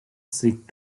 seek